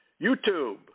YouTube